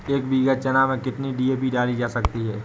एक बीघा चना में कितनी डी.ए.पी डाली जा सकती है?